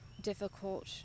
difficult